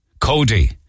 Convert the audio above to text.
Cody